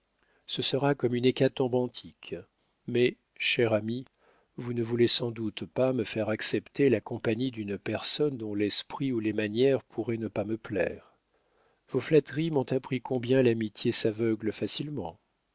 ce sera comme une hécatombe antique mais cher ami vous ne voulez sans doute pas me faire accepter la compagnie d'une personne dont l'esprit ou les manières pourraient ne pas me plaire vos flatteries m'ont appris combien l'amitié s'aveugle facilement